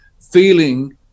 feeling